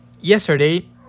yesterday